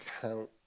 count